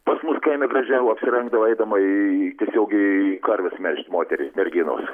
pas mus kaime gražiau apsirengdavo eidama į tiesiogiai karves melžt moteri merginos